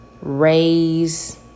raise